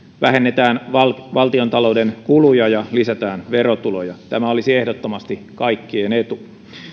vähennetään valtiontalouden kuluja ja lisätään verotuloja tämä olisi ehdottomasti kaikkien etu